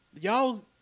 y'all